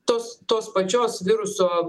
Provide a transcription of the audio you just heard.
tos tos pačios viruso